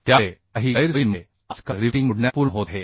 त्यामुळे काही गैरसोयींमुळे आजकाल रिवेटिंग जोडण्या पूर्ण होत आहेत